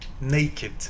naked